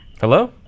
Hello